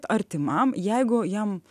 artimam jeigu jam